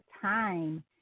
time